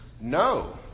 no